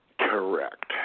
Correct